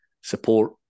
support